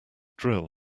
drill